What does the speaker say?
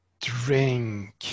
drink